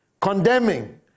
condemning